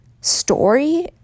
Story